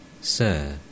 Sir